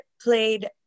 played